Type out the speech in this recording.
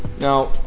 Now